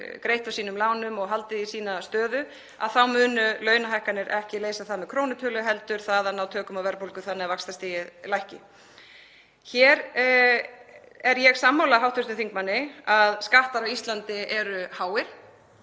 greitt af sínum lánum og haldið í sína stöðu þá munu launahækkanir ekki leysa það með krónutölu heldur því að ná tökum á verðbólgu þannig að vaxtastigið lækki. Hér er ég sammála hv. þingmanni að skattar á Íslandi eru háir.